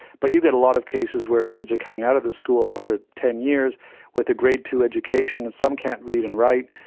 but you get a lot of cases where kids are coming out of the school after ten years with a grade two education and some can't read and write.